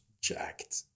jacked